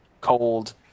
cold